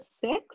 six